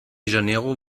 janeiro